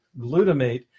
glutamate